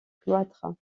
cloîtres